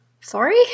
Sorry